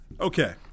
Okay